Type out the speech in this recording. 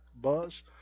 buzz